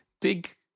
dig